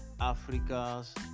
Africa's